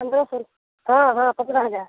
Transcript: पंद्रह सौ हाँ हाँ पंद्रह हज़ार